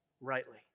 rightly